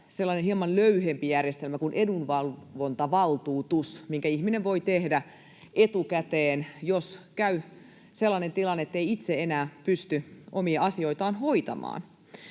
sellainen hieman löyhempi järjestelmä kuin edunvalvontavaltuutus, minkä ihminen voi tehdä etukäteen, jos käy sellainen tilanne, ettei itse enää pysty omia asioitaan hoitamaan.